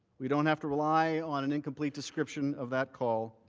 we don't have to rely on and incomplete description of that call.